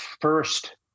first